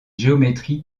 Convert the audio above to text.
géométrie